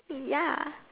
ya